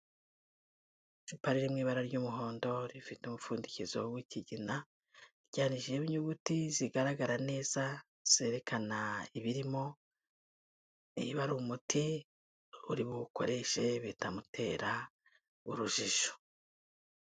Icupa riri mu ibara ry'umuhondo rifite umupfundikizo w'ikigina, ryandikishije n'inyuguti zigaragara neza, zerekana ibirimo, niba ari umuti uri buwukoreshe bitamutera urujijo.